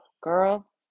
girl